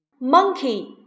Monkey